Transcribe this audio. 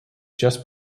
just